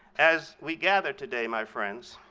as we gather today, my friends,